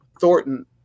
Thornton